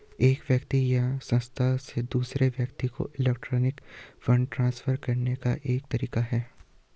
एक व्यक्ति या संस्था से दूसरे व्यक्ति को इलेक्ट्रॉनिक फ़ंड ट्रांसफ़र करने का एक तरीका है